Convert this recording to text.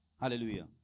Hallelujah